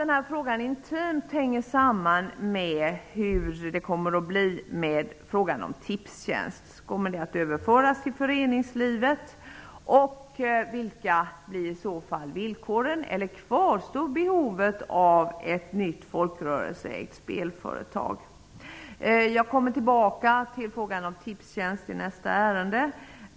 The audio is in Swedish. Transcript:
Den här frågan hänger intimt samman med hur det blir med Tipstjänst -- om det kommer att överföras till föreningslivet, vilka villkoren i så fall blir och om behovet av ett nytt folkrörelseägt spelföretag kvarstår. Jag kommer tillbaka till frågan om Tipstjänst i nästa ärende.